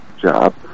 job